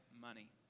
money